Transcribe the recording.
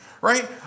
Right